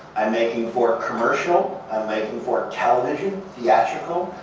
i making for commercial. i'm making for television, theatrical.